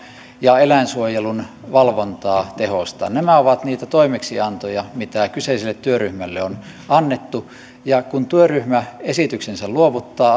ja eläinsuojelun valvontaa tehostaa nämä ovat niitä toimeksiantoja mitä kyseiselle työryhmälle on annettu ja kun työryhmä esityksensä luovuttaa